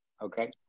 Okay